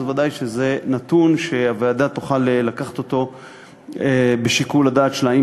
אז בוודאי שזה נתון שהוועדה תוכל לכלול בשיקול הדעת שלה,